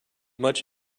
much